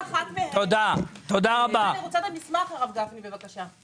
רוצה את מסמך ההתחייבות בבקשה.